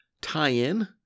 tie-in